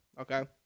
Okay